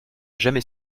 jamais